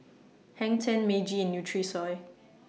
Hang ten Meiji and Nutrisoy